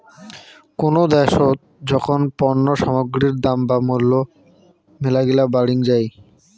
কোনো দ্যাশোত যখন পণ্য সামগ্রীর দাম বা মূল্য মেলাগিলা বাড়িং যাই